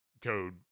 code